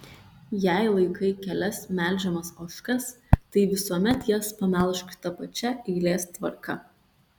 jei laikai kelias melžiamas ožkas tai visuomet jas pamelžk ta pačia eilės tvarka